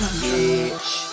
bitch